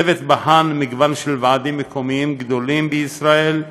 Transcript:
הצוות בחן מגוון של ועדים מקומיים גדולים מישראל,